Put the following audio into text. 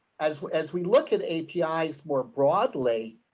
as, as we look at api's more broadly.